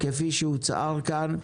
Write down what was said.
כפי שהוצהר כאן.